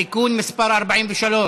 סעיף 1